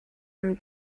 from